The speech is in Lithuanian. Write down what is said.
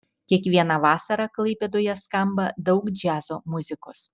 kiekvieną vasarą klaipėdoje skamba daug džiazo muzikos